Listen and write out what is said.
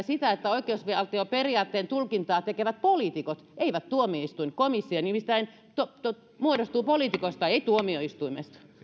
sitä että oikeusvaltioperiaatteen tulkintaa tekevät poliitikot ei tuomioistuin komissio nimittäin muodostuu poliitikoista ei tuomioistuimesta